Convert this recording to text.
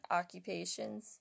occupations